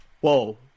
whoa